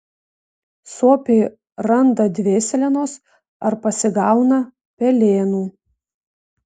suopiai randa dvėselienos ar pasigauna pelėnų